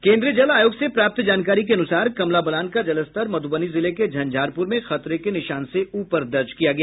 केन्द्रीय जल आयोग से प्राप्त जानकारी के अनुसार कमला बलान का जलस्तर मधुबनी जिले के झंझारपूर में खतरे के निशान से उपर दर्ज किय गया